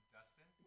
Dustin